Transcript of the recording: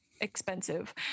expensive